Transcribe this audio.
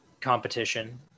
competition